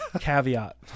Caveat